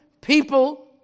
people